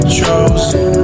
chosen